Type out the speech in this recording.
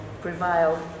prevailed